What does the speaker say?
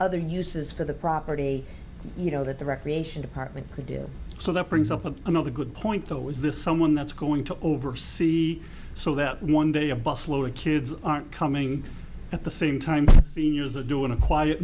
other uses for the property you know that the recreation department could do so that brings up a another good point though is this someone that's going to oversee so that one day a bus lower kids aren't coming at the same time seniors are doing a quiet